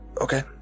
Okay